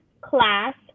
class